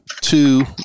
two